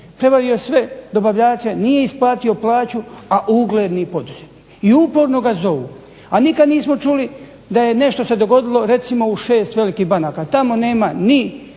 prevario sve dobavljače, nije isplatio plaću, a ugledni poduzetnik i upornog a zovu. A mi nismo čuli da se nešto dogodilo u šest velikih banaka, tamo nema ni